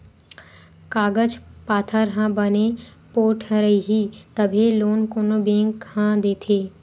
कागज पाथर ह बने पोठ रइही तभे लोन कोनो बेंक ह देथे